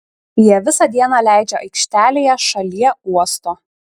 jie visą dieną leidžia aikštelėje šalie uosto